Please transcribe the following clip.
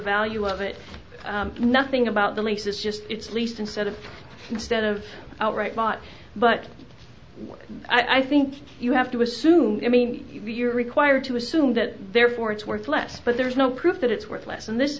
value of it nothing about the lease is just its lease instead of instead of outright bought but i think you have to assume that means you're required to assume that therefore it's worth less but there's no proof that it's worth less